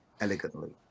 elegantly